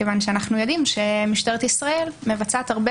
כיוון שאנחנו יודעים שמשטרת ישראל מבצעת הרבה